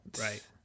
Right